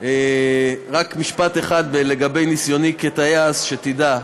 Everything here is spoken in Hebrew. רק משפט אחד, לגבי ניסיוני כטייס, שתדע,